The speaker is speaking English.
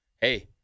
hey